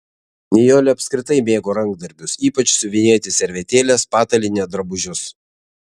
nijolė apskritai mėgo rankdarbius ypač siuvinėti servetėles patalynę drabužius